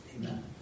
Amen